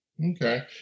okay